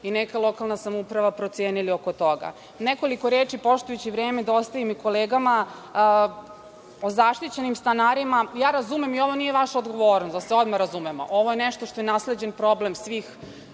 i neka lokalna samouprava procenila oko toga. Nekoliko reči, poštujući vreme da ostavim kolegama, o zaštićenim stanarima. Razumem i nije vaša odgovornost, da se odmah razumemo, ovo je nešto što je nasleđen problem svih